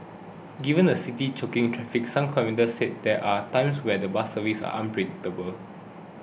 given the city's choking traffic some commuters said there are times when the bus services are unpredictable